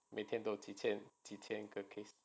每天都几千几千个 case